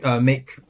make –